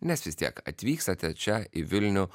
nes vis tiek atvykstate čia į vilnių